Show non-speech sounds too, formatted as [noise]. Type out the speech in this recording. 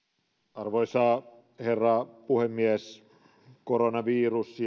arvoisa herra puhemies koronavirus [unintelligible]